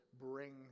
bring